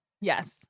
yes